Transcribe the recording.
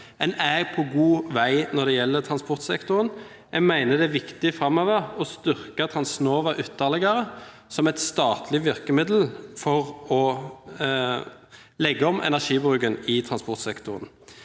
Vi er på god vei når det gjelder transportsektoren. Jeg mener det er viktig framover å styrke Transnova ytterligere som et statlig virkemiddel for å legge om energibruken i transportsektoren.